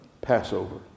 Passover